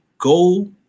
go